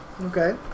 Okay